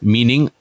Meaning